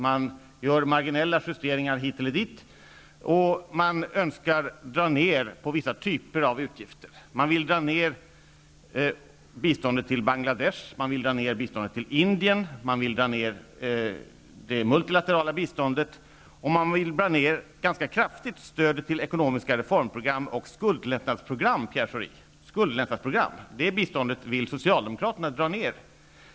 De gör marginella justeringar hit eller dit, och de önskar dra ned på vissa typer av utgifter. De vill dra ned biståndet till Bangladesh och Indien. De vill dra ned det multilaterala biståndet, och de vill dra ned stödet till ekonomiska reformprogram och skuldlättnadsprogram ganska kraftigt, Pierre Schori. Detta bistånd vill Socialdemokraterna dra ned.